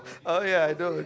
oh ya I don't